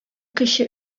кече